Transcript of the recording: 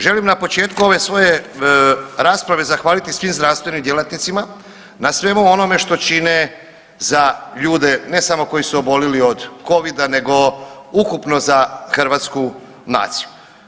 Želim na početku ove svoje rasprave zahvaliti svim zdravstvenim djelatnicima na svemu onome što čine za ljude ne samo koji su obolili od Covida nego ukupno za hrvatsku naciju.